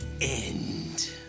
end